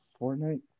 Fortnite